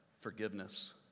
forgiveness